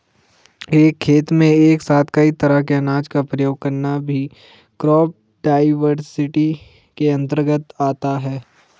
एक खेत में एक साथ कई तरह के अनाज का प्रयोग करना भी क्रॉप डाइवर्सिटी के अंतर्गत आता है